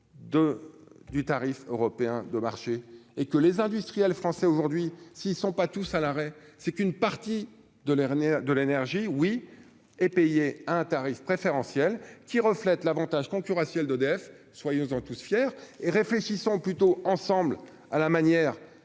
du tarif européen de marché et que les industriels français, aujourd'hui, s'ils sont pas tous à l'arrêt, c'est qu'une partie de leur, de l'énergie oui et payer un tarif préférentiel qui reflète l'Avantage concurrentiel d'EDF, soyons dans tous fiers et réfléchissons plutôt ensemble à la manière